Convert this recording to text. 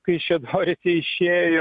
kaišiadoryse išėjo